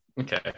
Okay